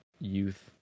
youth